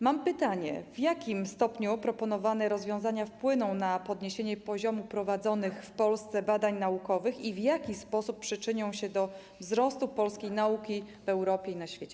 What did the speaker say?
Mam pytanie: W jakim stopniu proponowane rozwiązania wpłyną na podniesienie poziomu prowadzonych w Polsce badań naukowych i w jaki sposób przyczynią się do wzrostu polskiej nauki w Europie i na świecie?